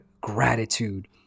Gratitude